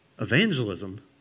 evangelism